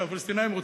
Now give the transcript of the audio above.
שהפלסטינים,